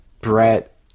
Brett